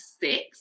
six